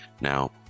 Now